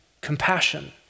compassion